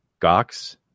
Gox